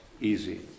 easy